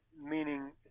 meaning